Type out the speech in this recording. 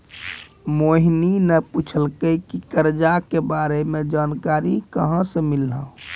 मोहिनी ने पूछलकै की करजा के बारे मे जानकारी कहाँ से मिल्हौं